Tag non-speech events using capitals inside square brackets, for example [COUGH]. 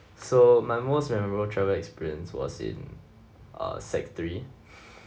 so my most memorable travel experience was in uh sec three [BREATH]